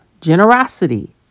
generosity